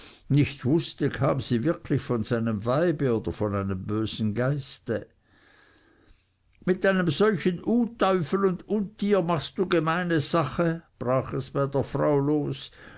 nicht wußte kam sie wirklich von seinem weibe oder von einem bösen geiste mit einem solchen utüfel und untier machst du gemeine sache brach es bei der frau los